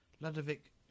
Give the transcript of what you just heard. Ludovic